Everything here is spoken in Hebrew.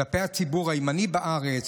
כלפי הציבור הימני בארץ,